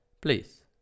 Please